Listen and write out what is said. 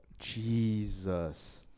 Jesus